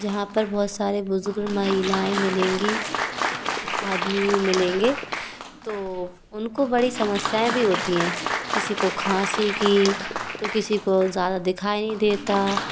जहाँ पर बहुत सारे बुजुर्ग महिलाएं मिलेंगी आदमी भी मिलेंगे तो उनको बड़ी समस्याएं भी होती हैं किसी को खांसी की तो किसी को ज़्यादा दिखाई नहीं देता